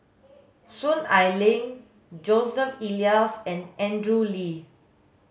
Soon Ai Ling Joseph Elias and Andrew Lee